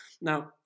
Now